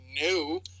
new